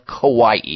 Kauai